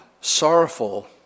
sorrowful